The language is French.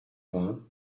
vingt